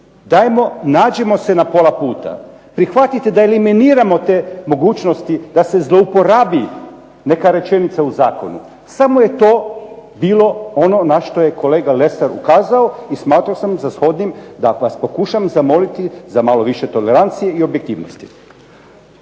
dajmo nađimo se na pola puta, prihvatite da eliminiramo te mogućnosti da se zlouporabi neka rečenica u zakonu. Samo je to bilo ono na što je kolega Lesar ukazao i smatrao sam shodnim da vas pokušam zamoliti za malo više tolerancije i objektivnosti.